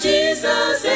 Jesus